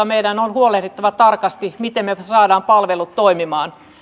meidän on huolehdittava tarkasti miten me saamme palvelut toimimaan